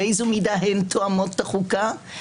באיזו מידה הן תואמות את החוקה,